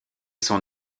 son